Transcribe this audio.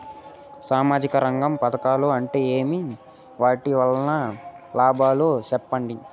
సామాజిక రంగం పథకాలు అంటే ఏమి? వాటి వలన లాభాలు సెప్పండి?